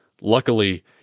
Luckily